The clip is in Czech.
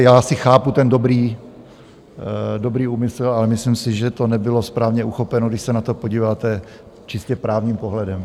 já asi chápu ten dobrý úmysl, ale myslím si, že to nebylo správně uchopeno, když se na to podíváte čistě právním pohledem.